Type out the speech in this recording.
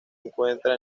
encuentra